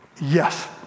Yes